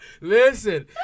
Listen